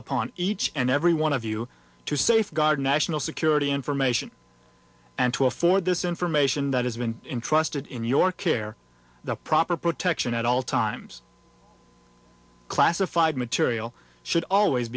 upon each and every one of you to safeguard national security information and to afford this information that has been entrusted in your care the proper protection at all times classified material should always